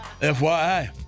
FYI